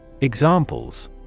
Examples